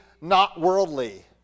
not-worldly